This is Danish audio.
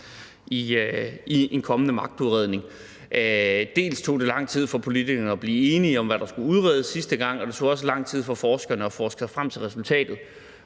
i en kommende magtudredning. Dels tog det lang tid for politikerne at blive enige om, hvad der skulle udredes sidste gang, dels tog det også lang tid for forskerne at forske sig frem til resultatet.